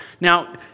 Now